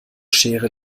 schere